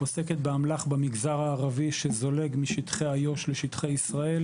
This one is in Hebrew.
גם באמל"ח במגזר הערבי שזולג משטחי איו"ש לשטחי ישראל,